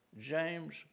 James